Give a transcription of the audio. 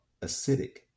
acidic